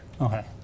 Okay